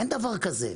אין דבר כזה.